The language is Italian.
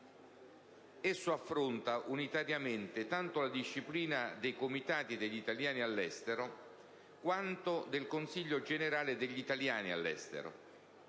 Esso affronta unitariamente la disciplina tanto dei Comitati degli italiani all'estero quanto del Consiglio generale degli italiani all'estero.